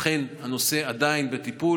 אכן, הנושא עדיין בטיפול.